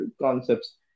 concepts